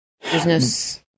Business